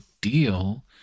deal